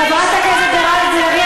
חברת הכנסת מירב בן ארי,